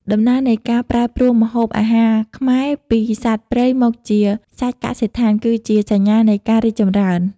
ដំណើរនៃការប្រែប្រួលម្ហូបអាហារខ្មែរពីសត្វព្រៃមកជាសាច់កសិដ្ឋាន គឺជាសញ្ញានៃការរីកចម្រើន។